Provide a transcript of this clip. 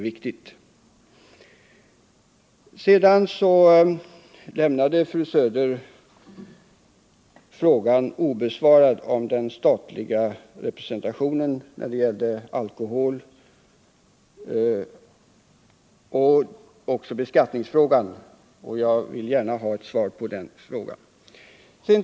Fru Söder lämnade frågan om alkoholen vid den statliga representationen liksom beskattningsfrågan obesvarad. Jag vill gärna ha svar på de frågorna.